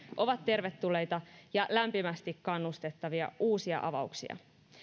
ovat tervetulleita ja lämpimästi kannustettavia uusia avauksia